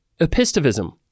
epistemism